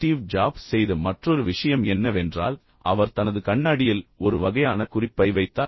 Steve Jobs செய்த மற்றொரு விஷயம் என்னவென்றால் அவர் தனது கண்ணாடியில் ஒரு வகையான குறிப்பை வைத்தார்